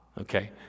okay